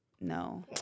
No